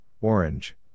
Orange